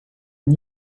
une